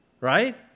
right